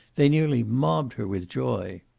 they nearly mobbed her with joy.